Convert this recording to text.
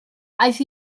aeth